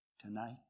tonight